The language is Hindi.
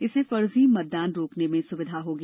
इससे फर्जी मतदान रोकने में सुविधा होगी